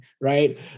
right